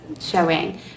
showing